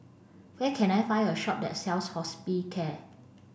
where can I find a shop that sells Hospicare